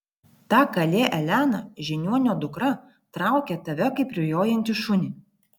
ta kalė elena žiniuonio dukra traukia tave kaip rujojantį šunį